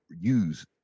use